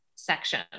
section